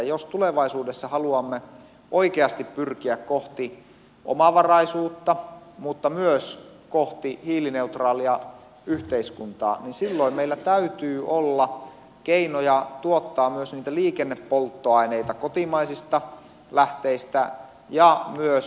jos tulevaisuudessa haluamme oikeasti pyrkiä kohti omavaraisuutta mutta myös kohti hiilineutraalia yhteiskuntaa niin silloin meillä täytyy olla keinoja tuottaa myös liikennepolttoaineita kotimaisista lähteistä ja myös uusiutuvista